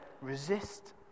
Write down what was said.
resist